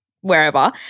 wherever